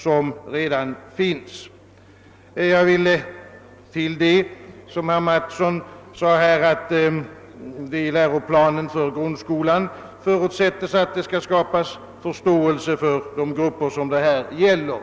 Herr Mattsson sade att det i läroplanen för grundskolan förutsättes att det skall skapas en förståelse för de grupper som vi nu diskuterar.